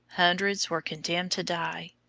hundreds were condemned to die,